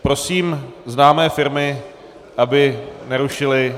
Prosím známé firmy, aby nerušily...